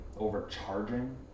overcharging